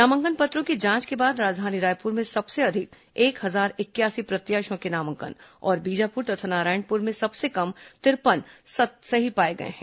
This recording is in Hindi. नामांकन पत्रों की जांच के बाद राजधानी रायपुर में सबसे अधिक एक हजार इकयासी प्रत्याशियों के नामांकन और बीजापुर तथा नारायणपुर में सबसे कम तिरपन नामांकन पत्र सही पाए गए हैं